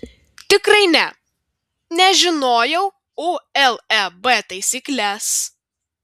tikrai ne nes žinojau uleb taisykles